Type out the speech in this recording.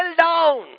down